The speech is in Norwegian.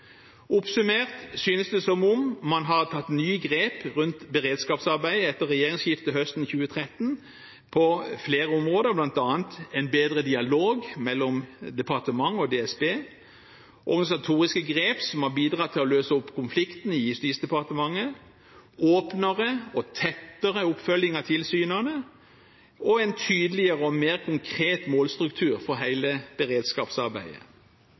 Oppsummert synes det som om man har tatt nye grep rundt beredskapsarbeidet etter regjeringsskiftet høsten 2013 på flere områder, bl.a. en bedre dialog mellom departement og DSB, organisatoriske grep som har bidratt til å løse opp konflikten i Justisdepartementet, åpnere og tettere oppfølging av tilsynene og en tydeligere og mer konkret målstruktur for hele beredskapsarbeidet.